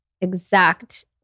exact